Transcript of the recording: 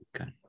Okay